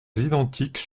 identiques